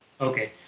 Okay